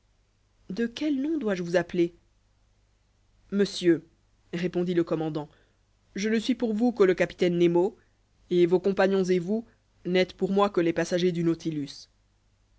de quel nom dois-je vous appeler monsieur répondit le commandant je ne suis pour vous que le capitaine nemo et vos compagnons et vous n'êtes pour moi que les passagers du nautilus